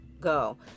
go